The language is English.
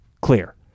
Clear